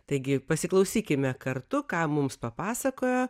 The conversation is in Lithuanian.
taigi pasiklausykime kartu ką mums papasakojo